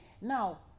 now